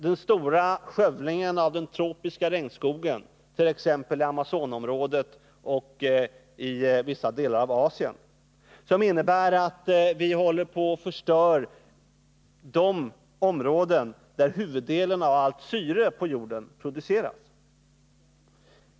Den stora skövlingen av den tropiska regnskogen, t.ex. i Amazonområdet och i vissa delar av Asien, innebär att vi håller på att förstöra de områden där huvuddelen av allt syre på jorden produceras.